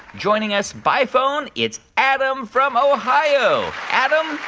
joining us by phone, it's adam from ohio. adam,